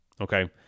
okay